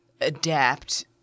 adapt